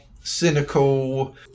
cynical